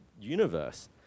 universe